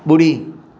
ॿुड़ी